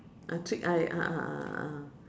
uh trick eye ah ah ah ah ah